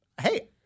Hey